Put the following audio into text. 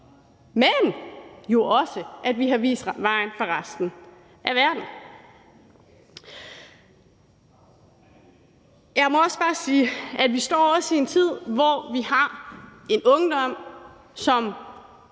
har jo også vist vejen for resten af verden. Kl. 14:59 Jeg må også bare sige, at vi står i en tid, hvor vi har en ungdom, som